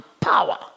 power